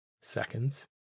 seconds